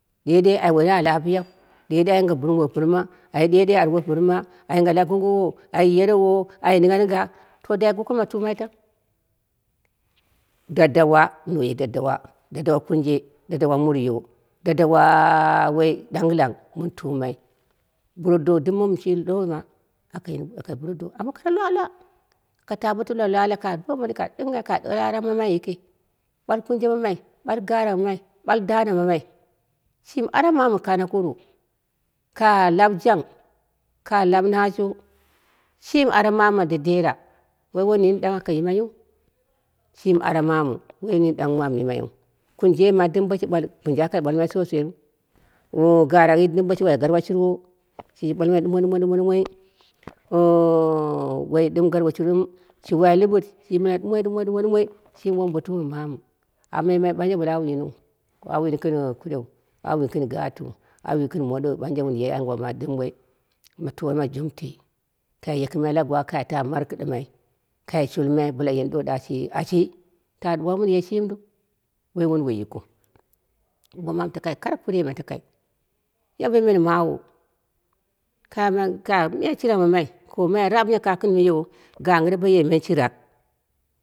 Ɗeɗe ai woina lapiyau, ɗeɗe ai ngwa bɨrɨmwo pɨrma, ai ɗeɗe arwo pɨrma, ai lagongowo, ai yerewo ai ɗɨngha ɗɨngha to dai goko ma tumai tang, daddawa mɨnye daddawa, daddawa, kurje, daddawa muryo, daddawa woi dangɨlang miɔn tumai, burodok ɗɨm muum shi lona aka bɨndu amma kare lwa- lwa, aka ta bo tɨle lwa- lwa ka domanu ka daure ara mamai yiki, ɓwa kurje mamai ɓwal garak mamai, ɓwal dana mamai shini ara mamu kanakuru, ka labjang ka lab nashi, shimi ara mamu ma dede ra, woi wunduwoi nini dang aka yimai yiu, shimi ara mamu woi wunduwoi nini ɗang an yimaiyiu, karjei ma ɗɨm boshi ɓwal kurjei aka ɓwalmai shosheiru oh garayi ɗɨm boko wai garwa shurwo, shiji ɓwalmai dumoi dumoi ɗumoi oh woi ɗɨm garwa ɗɨm shiwai lɨɓɨt shiji yimai ɗumoi ɗumoi ɗumoi shimi wombetuma manu, amboi me ɓanje wuɓale wawu yiniu, an yini gɨn kure, an yini gɨn gatiu, au yini gɨn moɗou ɓanje wun ye woi mutuwa ma junti, kai yokɨmai la gwa kai ta markɨɗɨmai, kai shulmai bɨla yeni don shi, ashi, ta ɗuwa wun shimiru, woi wunduwoi yikɨu, womamu kare kurei me takai, yambe men mawu, kamai ka ye men shirak mamai, komai raap ka gɨn miyowo, gangɨre baye men shirak.